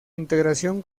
integración